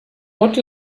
what